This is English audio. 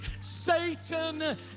satan